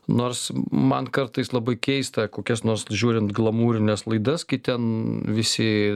nors man kartais labai keista kokias nors žiūrint glamūrines laidas kai ten visi